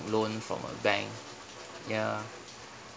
loan from a bank ya